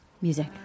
Music